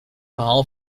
verhaal